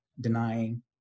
denying